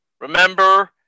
remember